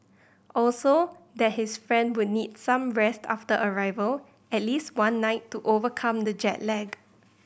also that his friend would need some rest after arrival at least one night to overcome the jet lag